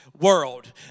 world